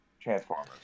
Transformers